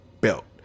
belt